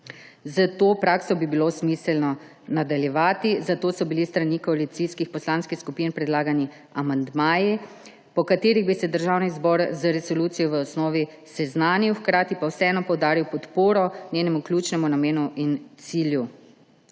S to prakso bi bilo smiselno nadaljevati, zato so bili s strani koalicijskih poslanskih skupin predlagani amandmaji, po katerih bi se Državni zbor z resolucijo v osnovi seznanil, hkrati pa vseeno poudaril podporo njenemu ključnemu namenu in cilju.